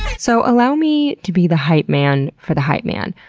so, allow me to be the hype man for the hype man.